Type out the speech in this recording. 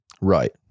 right